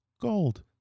gold